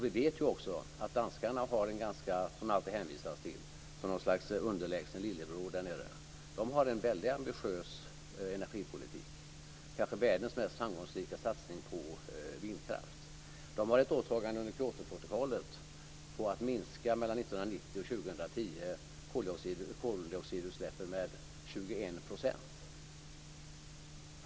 Vi vet också att danskarna, som det alltid hänvisas till som något slags underlägsen lillebror, har en väldigt ambitiös energipolitik. De har kanske världens mest framgångsrika satsning på vindkraft. De har ett åtagande under Kyotoprotokollet om att man mellan 1990 och 2010 ska minska koldioxidutsläppen med 21 %.